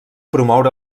promoure